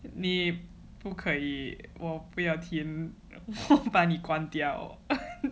你不可以我不要听把你关掉